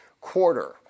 Quarter